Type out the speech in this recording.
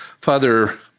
Father